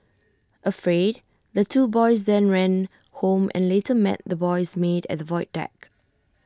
afraid the two boys then ran home and later met the boy's maid at the void deck